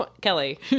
Kelly